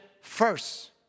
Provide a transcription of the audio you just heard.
first